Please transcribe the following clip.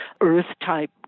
earth-type